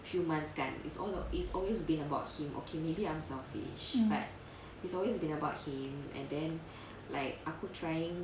mm